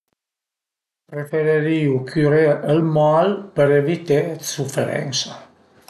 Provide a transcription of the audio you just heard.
Preferirìu curé ël mal për evité d'suferensa